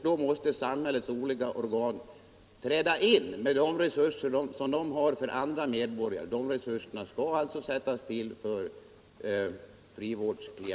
Då måste samhällets olika organ träda in med samma resurser som står till förfogande för andra medborgare.